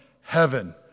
heaven